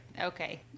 Okay